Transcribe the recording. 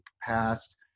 past